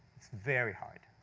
it's very hard.